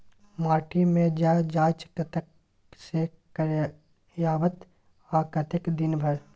माटी के ज जॉंच कतय से करायब आ कतेक दिन पर?